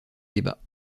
débats